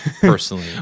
personally